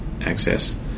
access